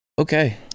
okay